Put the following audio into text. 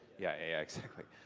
yeah, yeah, yeah, exactly.